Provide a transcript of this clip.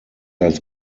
als